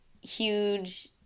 huge